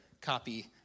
copy